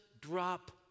drop